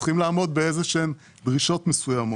צריך לעמוד בדרישות מסוימות.